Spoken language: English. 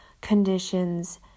conditions